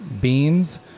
beans